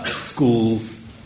Schools